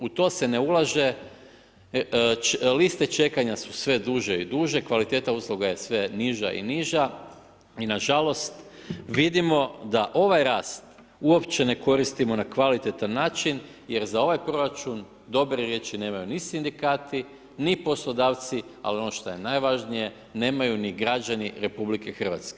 U to se ne ulaže, liste čekanja su sve duže i duže, kvaliteta usluga je sve niža i niža i nažalost vidimo da ovaj rast uopće ne koristimo na kvalitetan način, jer za ovaj proračun dobre riječi nemaju ni sindikati, ni poslodavci, a ono što je najvažnije, nemaju ni građani RH.